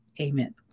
amen